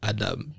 Adam